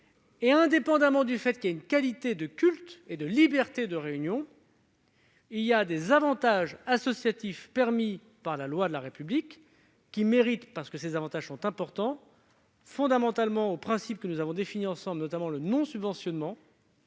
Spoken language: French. Indépendamment du fait qu'il y a une qualité de culte et de liberté de réunion, il y a des avantages associatifs permis par la loi de la République. Ces derniers, qui sont importants, méritent, conformément aux principes que nous avons définis ensemble, notamment le non-subventionnement,